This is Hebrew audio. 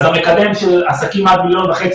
אז המקדם של עסקים עד מיליון וחצי,